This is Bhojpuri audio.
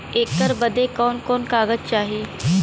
ऐकर बदे कवन कवन कागज चाही?